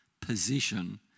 position